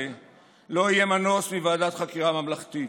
לא יהיה מנוס מוועדת חקירה ממלכתית,